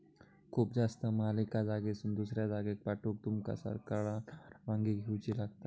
खूप जास्त माल एका जागेसून दुसऱ्या जागेक पाठवूक तुमका सरकारकडना परवानगी घेऊची लागात